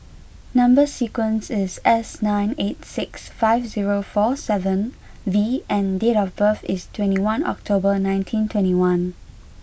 number sequence is S nine eight six five zero four seven V and date of birth is twenty one October nineteen twenty one